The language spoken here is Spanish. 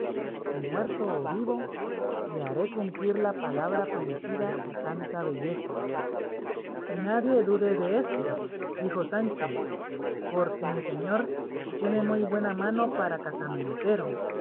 y muerto o vivo le haré cumplir la palabra prometida a tanta belleza nadie dude de esto dijo sancho porque mi señor tiene muy buena mano para casamentero